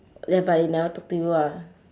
ya but they never talk to you ah